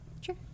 sure